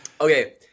Okay